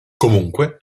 comunque